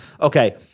Okay